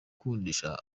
gukundisha